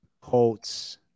Colts